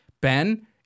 Ben